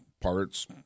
parts